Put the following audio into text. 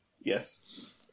Yes